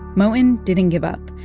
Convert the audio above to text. moton didn't give up.